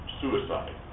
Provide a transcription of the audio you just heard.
suicide